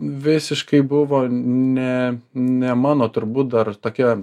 visiškai buvo ne ne mano turbūt dar tokia